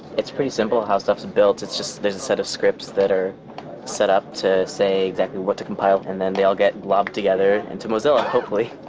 it's pretty simple how stuff is built. it's just there's set of scripts that are set up to say exactly what to compile and then they all get globbed together into mozilla hopefully.